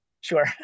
Sure